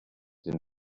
den